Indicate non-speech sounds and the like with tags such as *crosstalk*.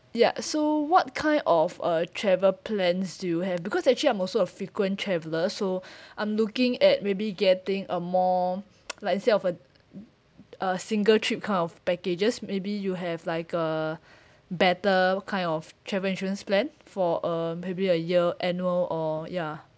ya so what kind of uh travel plans do you have because actually I'm also a frequent traveler so *breath* I'm looking at maybe getting uh more *noise* like instead of uh *noise* a single trip kind of packages maybe you have like a *breath* better kind of travel insurance plan for uh maybe a year annual or ya